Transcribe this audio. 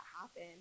happen